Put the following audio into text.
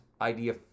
idea